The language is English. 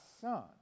son